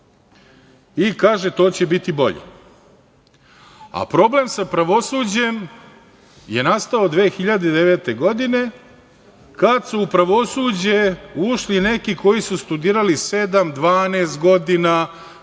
I kaže to će biti bolje. A problem sa pravosuđem je nastao 2009. godine, kad su u pravosuđe ušli neki koji su studirali sedam, 12 godina,